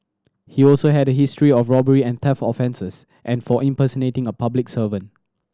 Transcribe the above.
he also had a history of robbery and theft offences and for impersonating a public servant